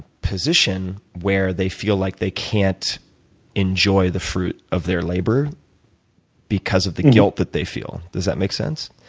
position where they feel like they can't enjoy the fruit of their labor because of the guilt that they feel. does that make sense?